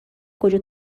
کجا